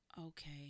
Okay